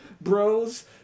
bros